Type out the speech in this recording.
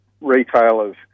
retailers